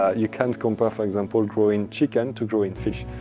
you can't compare for example, growing chicken to growing fish.